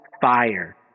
fire